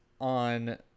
on